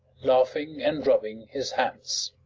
laughing and rubbing his hands.